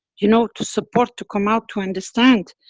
you know to support, to come out, to understand,